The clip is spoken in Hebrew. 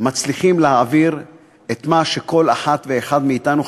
מצליחים להעביר את מה שכל אחד ואחת מאתנו,